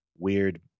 weird